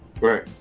Right